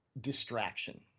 distraction